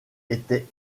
était